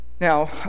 Now